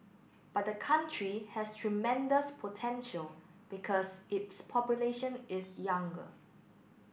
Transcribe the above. but the country has tremendous potential because its population is younger